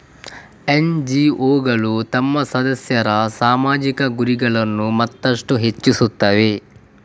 ಎನ್.ಜಿ.ಒಗಳು ತಮ್ಮ ಸದಸ್ಯರ ಸಾಮಾಜಿಕ ಗುರಿಗಳನ್ನು ಮತ್ತಷ್ಟು ಹೆಚ್ಚಿಸುತ್ತವೆ